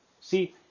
see